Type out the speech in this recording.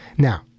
Now